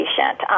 patient